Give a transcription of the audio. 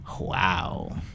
wow